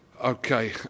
Okay